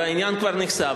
והעניין כבר נחשף,